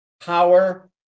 power